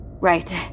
Right